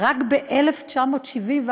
רק ב-1971,